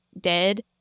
dead